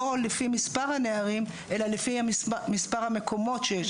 לפי מספר הנערים אלא לפי מספר המקומות שיש.